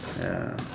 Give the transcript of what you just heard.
ya